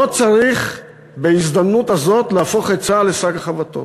לא צריך בהזדמנות הזאת להפוך את צה"ל לשק החבטות.